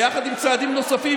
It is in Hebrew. ביחד עם צעדים נוספים,